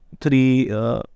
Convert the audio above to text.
Three